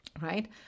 Right